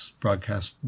broadcast